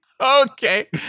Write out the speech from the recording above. Okay